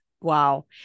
Wow